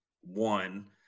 one